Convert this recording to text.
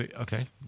Okay